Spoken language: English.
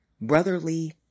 Brotherly